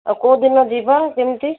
ଆଉ କେଉଁ ଦିନ ଯିବା କେମିତି